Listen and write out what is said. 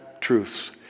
truths